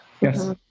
Yes